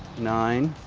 nine,